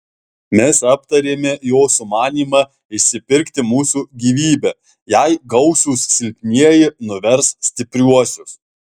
mes aptarėme jo sumanymą išsipirkti mūsų gyvybę jei gausūs silpnieji nuvers stipriuosius